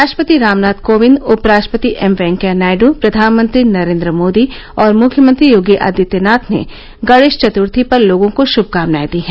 राष्ट्रपति रामनाथ कोविंद उपराष्ट्रपति एम वेकँया नायडू प्रधानमंत्री नरेंद्र मोदी और मुख्यमंत्री योगी आदित्यनाथ ने गणेश चतुर्थी पर लोगों को शुभकामनाएं दी है